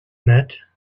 met